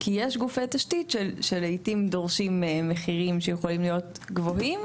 כי יש גופי תשתית שלעיתים דורשים מחירים שיכולים להיות גבוהים,